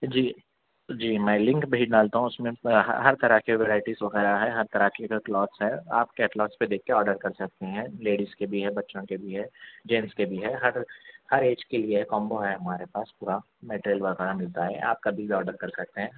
جی جی میں لنک بھیج ڈالتا ہوں اس میں ہر طرح کے ورائٹیز وغیرہ ہیں ہر طرح کے کیٹلاگس ہیں آپ کیٹلاگس پہ دیکھ کے آرڈر کر سکتی ہیں لیڈیز کے بھی ہیں بچوں کے بھی ہیں جینٹس کے بھی ہیں ہر ایج کے لیے کامبو ہے ہمارے پاس پورا مٹیریل وغیرہ ملتا ہے آپ کبھی بھی آڈر کر سکتے ہیں